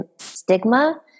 stigma